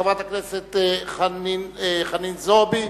חברת הכנסת חנין זועבי,